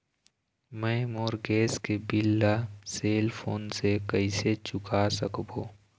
मैं मोर गैस के बिल ला सेल फोन से कइसे चुका सकबो?